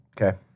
okay